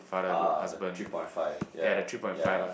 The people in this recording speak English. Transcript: ah the three point five ya ya ya